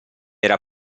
era